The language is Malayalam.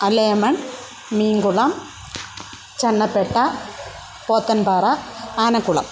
അലേമണ് മീങ്കുളം ചന്നപ്പേട്ട പോത്തൻപാറ ആനക്കുളം